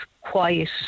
quiet